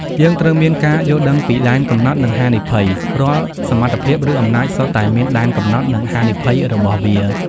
យើងត្រូវមានការយល់ដឹងពីដែនកំណត់ និងហានិភ័យ រាល់សមត្ថភាព ឬអំណាចសុទ្ធតែមានដែនកំណត់ និងហានិភ័យរបស់វា។